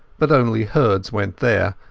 but only herds went there,